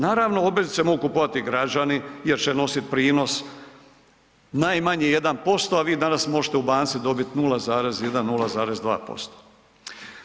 Naravno, obveznice mogu kupovati građani jer će nositi prinos najmanje 1%, a vi danas možete u banci dobiti 0,1, 0,2%